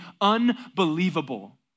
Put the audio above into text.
unbelievable